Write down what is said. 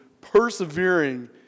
persevering